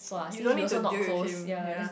you don't need to deal with him yea